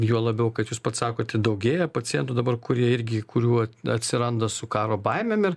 juo labiau kad jūs pats sakote daugėja pacientų dabar kurie irgi kurių atsiranda su karo baimėm ir